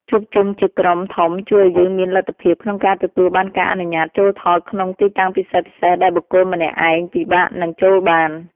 ជួបជុំជាក្រុមធំជួយឱ្យយើងមានលទ្ធភាពក្នុងការទទួលបានការអនុញ្ញាតចូលថតក្នុងទីតាំងពិសេសៗដែលបុគ្គលម្នាក់ឯងពិបាកនឹងចូលបាន។